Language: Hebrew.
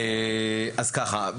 אז ככה,